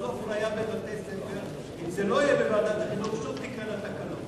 אם זה לא יהיה בוועדת החינוך שוב תהיינה תקלות.